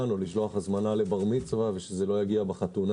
או לשלוח הזמנה לבר מצווה ושזה לא יגיע בחתונה.